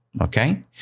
okay